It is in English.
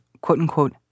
quote-unquote